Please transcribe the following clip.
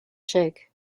shake